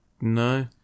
No